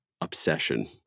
obsession